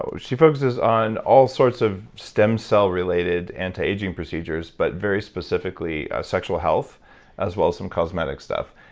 so she focuses on all sorts of stem cellrelated anti-aging procedures, but very specifically sexual health as well as some cosmetic stuff.